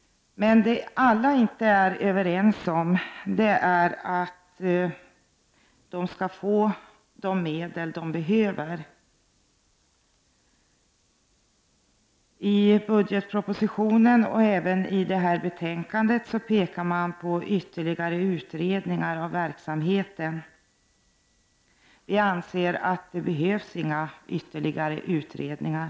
Alla är dock inte överens när det gäller att bidra med de medel som brottsofferjourerna behöver. I budgetpropositionen och även i detta betänkande pekar man på behovet av ytterligare utredningar av verksamheten. Men vi anser inte att det behövs ytterligare utredningar.